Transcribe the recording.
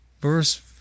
verse